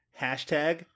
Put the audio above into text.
Hashtag